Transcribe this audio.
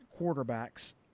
quarterbacks